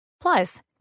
Plus